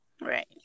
right